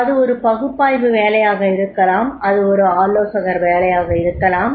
அது ஒரு பகுப்பாய்வு வேலையாக இருக்கலாம் அது ஒரு ஆலோசகர் வேலையாக இருக்கலாம்